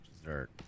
dessert